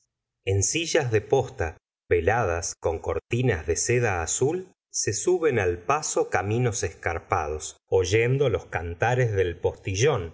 en sillas de posta velada con cortinas de seda azul se suben al paso caminos escarpados oyendo los cantares del postillón